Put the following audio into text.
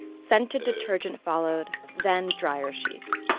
scented detergent followed, then dryer sheets.